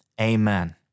Amen